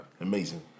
Amazing